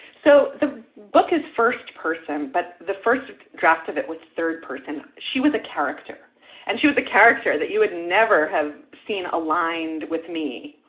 so the book is first person, but the first draft of it was third person. she was a character and she was the character that you would never have seen aligned with me.